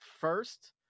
first